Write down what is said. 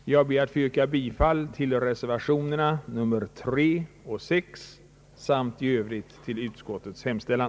Jag ber att få yrka bifall till reservationerna nr 3 och 6 samt i övrigt till utskottets hemställan.